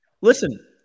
listen